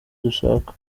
dushaka